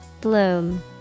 Bloom